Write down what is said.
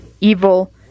Evil